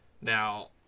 Now